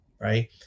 right